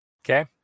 Okay